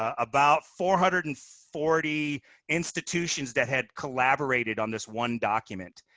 ah about four hundred and forty institutions that had collaborated on this one document.